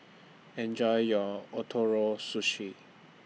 Enjoy your Ootoro Sushi